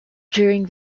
during